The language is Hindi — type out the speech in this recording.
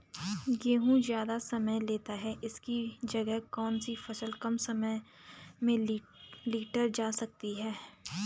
गेहूँ ज़्यादा समय लेता है इसकी जगह कौन सी फसल कम समय में लीटर जा सकती है?